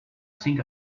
sink